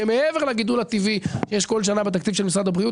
שהם מעבר לגידול הטבעי שיש כל שנה בתקציב משרד הבריאות,